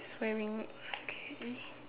wearing okay